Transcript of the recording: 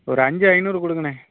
ஒரு அஞ்சு ஐநூறு கொடுங்கண்ணே